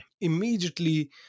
immediately